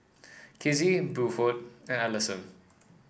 Kizzie Buford and Allyson